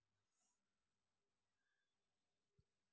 పశువుల మేతగా అజొల్ల ఉపయోగాలు ఏమిటి?